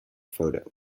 photo